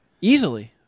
Easily